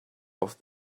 off